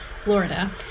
Florida